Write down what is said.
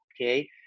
okay